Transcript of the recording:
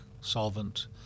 solvent